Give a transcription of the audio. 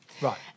Right